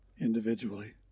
individually